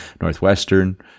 Northwestern